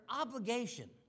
obligation